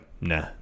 nah